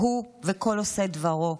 הוא וכל עושי דברו.